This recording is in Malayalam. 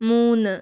മൂന്ന്